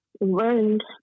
learned